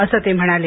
अस ते म्हणाले